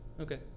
Okay